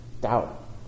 Doubt